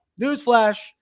Newsflash